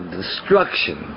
destruction